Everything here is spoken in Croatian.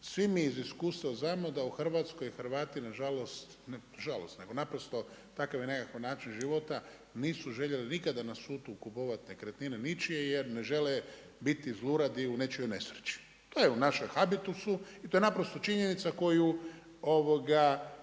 Svi mi iz iskustva znamo da u Hrvatskoj Hrvati na žalost, ne na žalost nego naprosto takav je nekakav način života, nisu željeli nikada na …/Govornik se ne razumije./… kupovat nekretnine ničije jer ne žele biti zluradi u nečijoj nesreći. To je u našem habitusu i to je naprosto činjenica koju